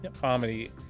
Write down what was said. comedy